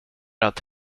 att